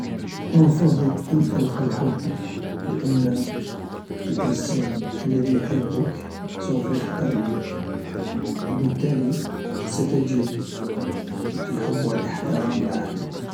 أفضل أن القى الحب لان الانسان الذي يحبك سوف يحترمك، و بالتالي ستجد الحب و الاحترام معا.